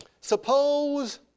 Suppose